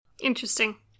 Interesting